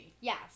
Yes